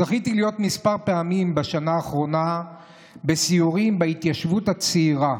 זכיתי להיות כמה פעמים בשנה האחרונה בסיורים בהתיישבות הצעירה,